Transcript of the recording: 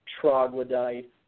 troglodyte